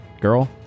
Girl